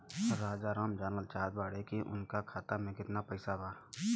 राजाराम जानल चाहत बड़े की उनका खाता में कितना पैसा बा?